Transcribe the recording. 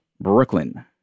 Brooklyn